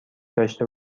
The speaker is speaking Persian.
داشته